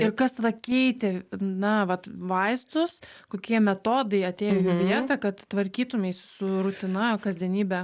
ir kas tada keitė na vat vaistus kokie metodai atėjo į jų vietą kad tvarkytumeis su rutina kasdienybe